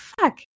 fuck